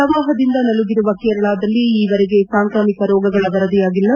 ಪ್ರವಾಹದಿಂದ ನಲುಗಿರುವ ಕೇರಳದಲ್ಲಿ ಈವರೆಗೆ ಸಾಂಕ್ರಾಮಿಕ ರೋಗಗಳ ವರದಿಯಾಗಿಲ್ಲ